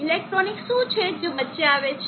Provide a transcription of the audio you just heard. electronic શું છે જે વચ્ચે આવે છે